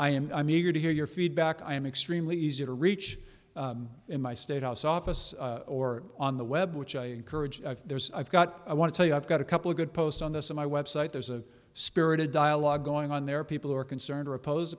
i am i'm eager to hear your feedback i am extremely easy to reach in my state house office or on the web which i encourage there's i've got i want to tell you i've got a couple of good posts on this in my website there's a spirited dialogue going on there are people who are concerned or opposed